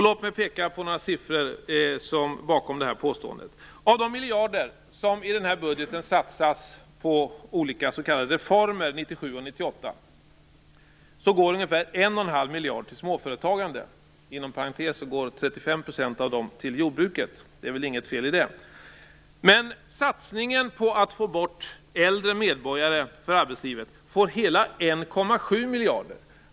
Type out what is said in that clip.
Låt mig peka på några siffror bakom detta påstående. Av de miljarder som i den här budgeten satsas på olika s.k. reformer 1997 och 1998 går ungefär en och en halv miljard till småföretagande. Inom parentes går 35 % av detta till jordbruket, och det är väl inget fel i det. Men satsningen på att få bort äldre medborgare från arbetslivet är på hela 1,7 miljarder.